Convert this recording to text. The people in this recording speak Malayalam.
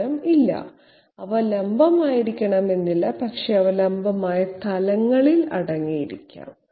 ഉത്തരം ഇല്ല അവ ലംബമായിരിക്കണമെന്നില്ല പക്ഷേ അവ ലംബമായ തലങ്ങളിൽ അടങ്ങിയിരിക്കാം